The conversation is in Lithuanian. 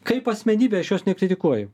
kaip asmenybė aš jos nekritikuoju